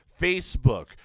Facebook